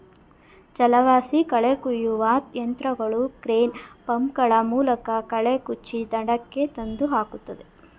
ಜಲವಾಸಿ ಕಳೆ ಕುಯ್ಯುವ ಯಂತ್ರಗಳು ಕ್ರೇನ್, ಪಂಪ್ ಗಳ ಮೂಲಕ ಕಳೆ ಕುಚ್ಚಿ ದಡಕ್ಕೆ ತಂದು ಹಾಕುತ್ತದೆ